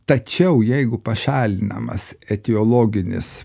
tačiau jeigu pašalinamas etiologinis